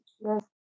yes